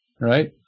right